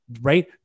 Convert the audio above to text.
right